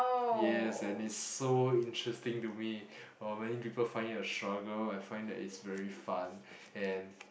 yes and it's so interesting to me while many people find it a struggle I find that it's very fun and